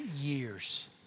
years